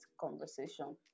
conversation